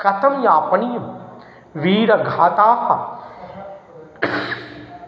कथं यापणीयं वीरघाताः